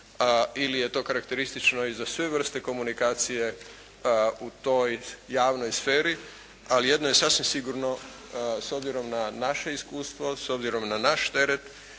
ili je to karakteristično i za sve vrste komunikacije u toj javnoj sferi. Ali jedno je sasvim sigurno s obzirom na naše iskustvo, s obzirom na naš teret,